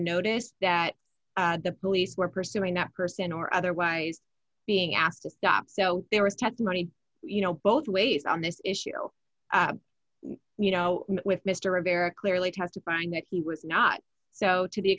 notice that the police were pursuing that person or otherwise being asked to stop so there was testimony you know both ways on this issue you know with mr rivera clearly testifying that he was not so to the